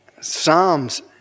Psalms